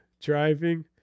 driving